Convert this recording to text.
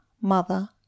mother